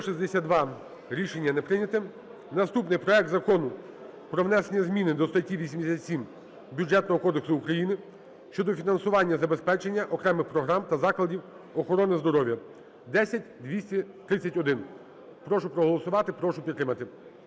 За-162 Рішення не прийнято. Наступний. Проект Закону про внесення зміни до статті 87 Бюджетного кодексу України щодо фінансування забезпечення окремих програм та закладів охорони здоров'я (10231). Прошу проголосувати, прошу підтримати